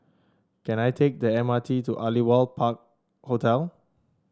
can I take the M R T to Aliwal Park Hotel